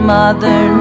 mother